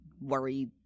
worry